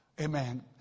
Amen